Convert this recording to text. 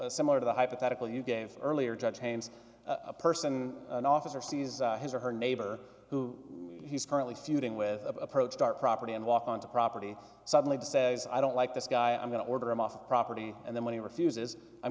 similar to the hypothetical you gave earlier judge james a person an officer sees his or her neighbor who he's currently feuding with approached our property and walk on the property suddenly to says i don't like this guy i'm going to order him off the property and then when he refuses i'm